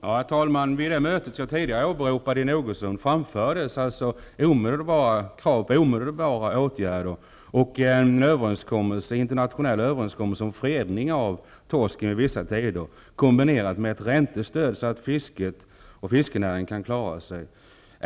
Herr talman! Vid det möte i Nogersund som jag tidigare åberopade framfördes krav på omedelbara åtgärder och på en internationell överenskommelse om fredning av torsk under vissa tider kombinerat med ett räntestöd, så att fisket och fiskenäringen skall kunna klara sig.